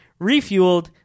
refueled